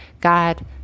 God